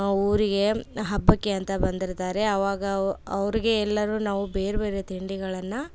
ಊರಿಗೆ ಹಬ್ಬಕ್ಕೆ ಅಂತ ಬಂದಿರ್ತಾರೆ ಅವಾಗ ಅವು ಅವ್ರಿಗೆ ಎಲ್ಲರೂ ನಾವು ಬೇರೆ ಬೇರೆ ತಿಂಡಿಗಳನ್ನು